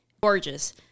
Gorgeous